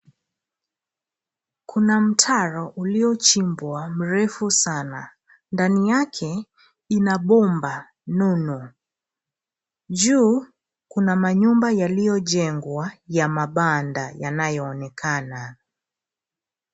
Kuna mtaro ulio chimbwa mrefu sana. Ndani yake, ina bomba nono. Juu, kuna manyumba yaliyojengwa ya mabanda yanayoonekana.